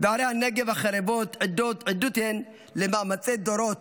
וערי הנגב החרבות עדות הן למאמצי דורות,